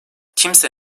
kimse